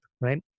right